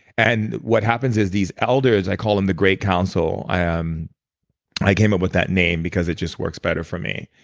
and what happens is these elders i call them the great council. i um i came up with that name because it just works better for me.